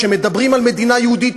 שמדברים על מדינה יהודית,